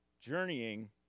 Journeying